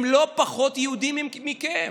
הם לא פחות יהודים מכם.